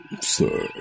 sir